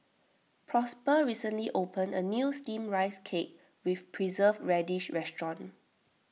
prosper recently opened a new Steamed Rice Cake with Preserved Radish restaurant